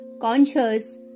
conscious